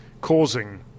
causing